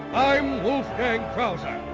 i'm wolfgang krauser.